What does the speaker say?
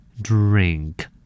drink